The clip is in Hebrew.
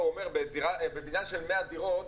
הוא אומר שבבניין של 100 דירות,